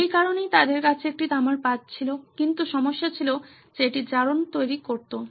এই কারণেই তাদের কাছে একটি তামার পাত ছিল কিন্তু সমস্যা ছিল যে এটি জারণ তৈরি করতো